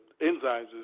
enzymes